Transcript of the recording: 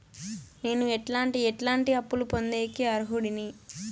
నేను ఎట్లాంటి ఎట్లాంటి అప్పులు పొందేకి అర్హుడిని?